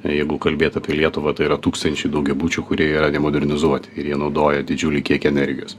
jeigu kalbėt apie lietuvą tai yra tūkstančiai daugiabučių kurie yra nemodernizuoti ir jie naudoja didžiulį kiekį energijos